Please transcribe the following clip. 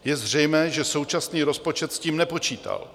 Je zřejmé, že současný rozpočet s tím nepočítal.